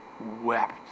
Wept